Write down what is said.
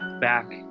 back